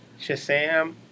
Shazam